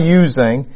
using